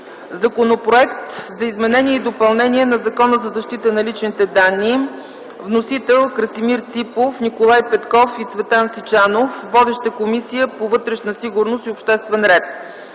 Законопроект за изменение и допълнение на Закона за защита на личните данни. Вносители са Красимир Ципов, Николай Цветков и Цветан Сичанов. Водеща е Комисията по вътрешна сигурност и обществен ред;